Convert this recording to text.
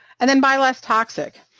and then buy less toxic,